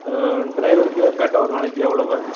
டிரைவருக்கு பேட்டா ஒரு நாளைக்கு எவ்வளவு